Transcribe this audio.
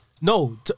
No